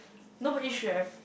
nobody should have